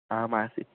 आमासीत्